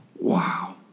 Wow